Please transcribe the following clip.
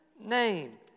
name